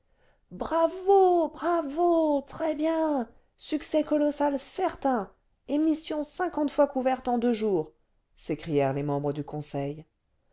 bravo bravo très bien succès colossal certain émission cinquante fois couverte en deux jours s'écrièrent les membres du conseil